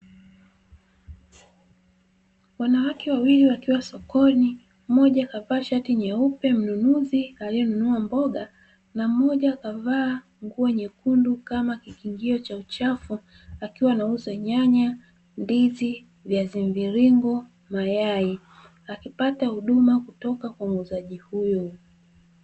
Wanawake wawili wakiwa sokoni mmoja kavaa shati nyeupe mnunuzi alienunua mboga na mmoja kavaa nguo nyekungu kama kikingio cha uchafu akiwa anauza nyanya, ndizi, viazi mviringo, mayai akipata huduma kutoka kwa muuzaji huyo.